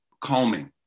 calming